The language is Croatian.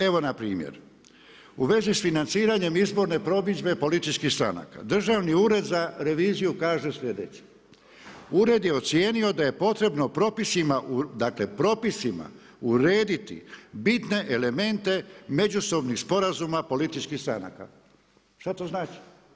Evo, npr. u vezi s financiranjem izborne promidžbe političkih stranka, Državni ured za reviziju kaže sljedeće, ured je ocijenio da je potrebno propisima, dakle, propisima urediti bitne elemente međusobnih sporazuma političkih stranaka, šta to znači?